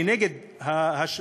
אני נגד להשוות,